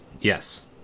Yes